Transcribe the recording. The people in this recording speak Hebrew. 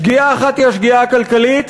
שגיאה אחת היא השגיאה הכלכלית,